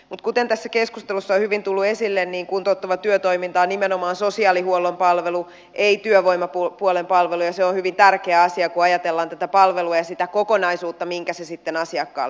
mutta kuten tässä keskustelussa on hyvin tullut esille kuntouttava työtoiminta on nimenomaan sosiaalihuollon palvelu ei työvoimapuolen palvelu ja se on hyvin tärkeä asia kun ajatellaan tätä palvelua ja sitä kokonaisuutta minkä se sitten asiakkaalle muodostaa